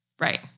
Right